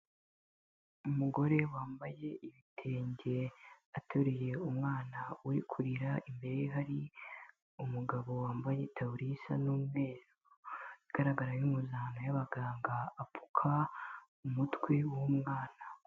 Umugore wambaye ibitenge ateruye umwana uri kurira, imbere hari umugabo wambaye itaburiya isa n'umweru igaragara nk' impuzankano y'abaganga apfuka umutwe w'umwana.